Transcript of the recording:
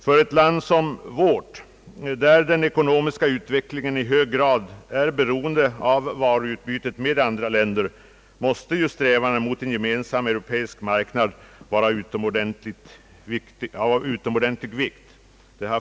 För ett land som vårt, där den ekonomiska utvecklingen i hög grad är beroende av varuutbytet med andra länder, måste strävandena mot en europeisk marknad vara av utomordentlig vikt.